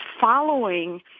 following